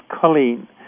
Colleen